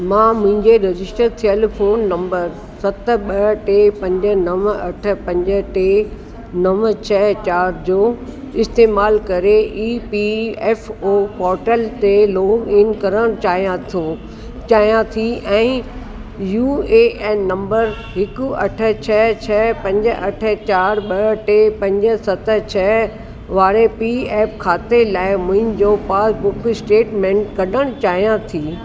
मां मुंहिंज़े रजिस्टर थियलु फोन नंबर सत ॿ टे पंज नव अठ पंज टे नव छह चारि जो इस्तेमाल करे E P F O portal ते लॉगइन करण चाहियां थो चाहियां थी ऐं यू ए एन नंबर हिकु अठ छह छह पंज चारि ॿ टे सत छह वारे पी एफ खाते लाइ मुहिंजो पासबुक स्टेटमेंट कढण चाहियां थी